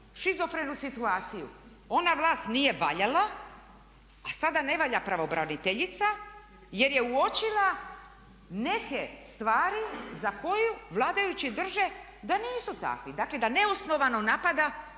šizofrenu situaciju, ona vlast nije valjala a sada ne valja pravobraniteljica jer je uočila neke stvari za koje vladajući drže da nisu takvi, dakle da neosnovano napada